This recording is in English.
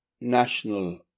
national